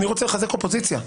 רוצה לחזק אופוזיציה.